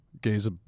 Gaze